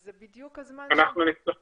זה בדיוק הזמן אנחנו נצטרך